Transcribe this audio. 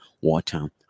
water